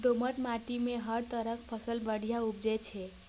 दोमट माटि मे हर तरहक फसल बढ़िया उपजै छै